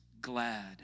glad